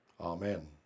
amen